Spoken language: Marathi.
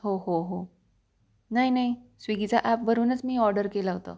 हो हो हो नाही नाही स्विगीच्या ॲपवरूनच मी ऑर्डर केला होतं